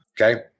Okay